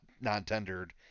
non-tendered